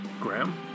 Graham